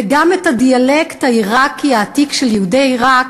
וגם את הדיאלקט העיראקי העתיק של יהודי עיראק,